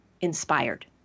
inspired